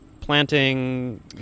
planting